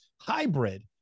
hybrid